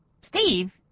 Steve